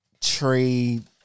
trade